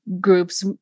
groups